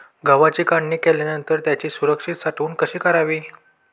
गव्हाची काढणी केल्यानंतर त्याची सुरक्षित साठवणूक कशी करावी?